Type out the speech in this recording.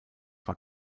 war